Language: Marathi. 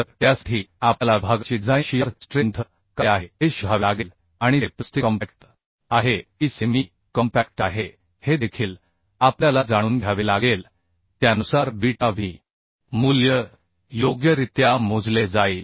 तर त्यासाठी आपल्याला विभागाची डिझाइन शिअर स्ट्रेंथ काय आहे हे शोधावे लागेल आणि ते प्लास्टिक कॉम्पॅक्ट आहे की सेमी कॉम्पॅक्ट आहे हे देखील आपल्याला जाणून घ्यावे लागेल त्यानुसार बीटा V मूल्य योग्यरित्या मोजले जाईल